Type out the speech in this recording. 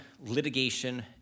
litigation